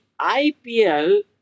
IPL